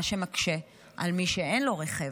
מה שמקשה על מי שאין לו רכב.